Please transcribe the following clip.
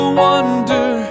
wonder